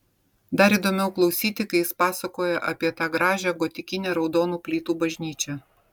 dar įdomiau klausyti kai jis pasakoja apie tą gražią gotikinę raudonų plytų bažnyčią